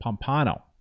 Pompano